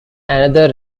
another